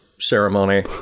Ceremony